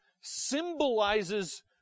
symbolizes